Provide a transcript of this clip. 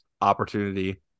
opportunity